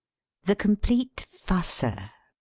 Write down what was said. the complete fusser